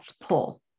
pull